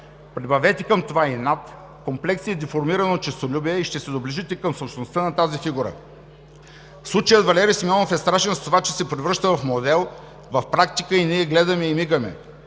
Прибавете към това инат, комплекси и деформирано честолюбие и ще се доближите към същността на тази фигура. Случаят на Валери Симеонов е страшен с това, че се превръща в модел, в практика, а ние гледаме и мигаме.